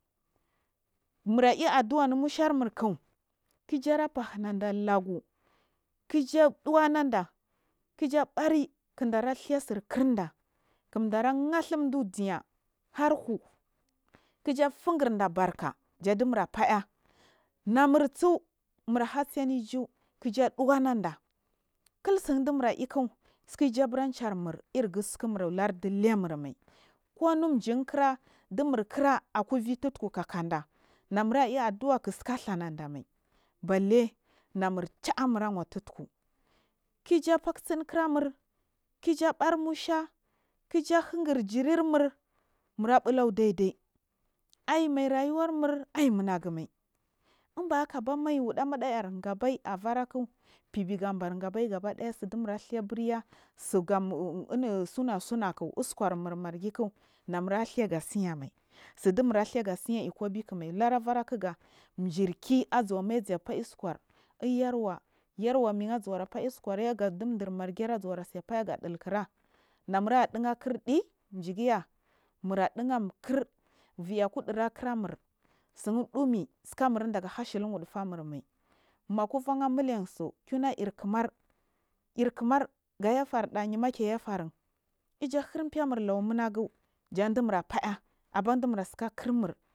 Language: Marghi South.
Mura i adduanur musharmwa kak kik iju afahunanda lagu kaija ɗuwananda kija ɓari aidarats aiyi sirkirda kindara harliu ju fungurda barka dumu afa ay namurtsu mura hasini iju ku ija naada kiltsnadu mupnulkik tsik u di ijunehu nur irrigu tsukiy namur lund lemur mai konum jimkna dimurkra akulli tutku kakande nimuraiy adua kikitsiki asanda mai balle namur chanamiawat tku ki ija fatsikina aramur kiju ɓarnusha ki ij hinghur jirimu maɓilaw daidai aimairayu warnu aiymunanagunai in ba hakaba mai wudimaɗa ar gabai allerak giga a gabai gaba diya hichin nuratluray aburya sagan imasina sinak usku mur margi aknamura thaga tsayar namura tha ga siya mai hura varakikga jirki azumarga faiya uskar wyarwa yarwarmi azuwa phaya uskur ga chiɗu margi azuwa faiya ga ɗilkira namura ɗighakirɗi jugiy mura ɗighakirɗi jugiy mura ɗighamu kir akuɗu rarki ramur tsin ɗumitsaka namund fashili wudufamur mai ku vara amule tsu’ukuma irkimar irki marga yafedanina key yaferunija har femu law munagu jandimura faya aban dumura tsarkirmur.